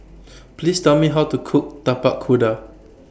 Please Tell Me How to Cook Tapak Kuda